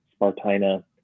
Spartina